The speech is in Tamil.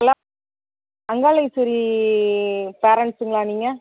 ஹலோ அங்காளஈஸ்வரி பேரண்ட்ஸுங்களா நீங்கள்